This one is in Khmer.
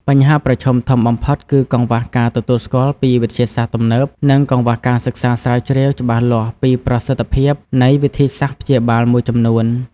បញ្ហាប្រឈមធំបំផុតគឺកង្វះការទទួលស្គាល់ពីវិទ្យាសាស្ត្រទំនើប និងកង្វះការសិក្សាស្រាវជ្រាវច្បាស់លាស់ពីប្រសិទ្ធភាពនៃវិធីសាស្ត្រព្យាបាលមួយចំនួន។